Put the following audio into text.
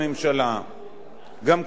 גם כאן יש איזושהי בעיה,